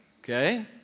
Okay